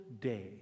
day